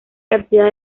cantidad